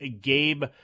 Gabe